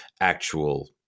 actual